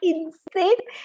Insane